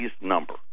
number